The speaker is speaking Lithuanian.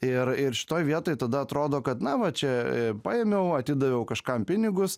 ir ir šitoj vietoj tada atrodo kad na va čia paėmiau atidaviau kažkam pinigus